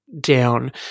down